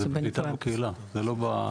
זה בקליטה בקהילה, זה לא בזה.